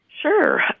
Sure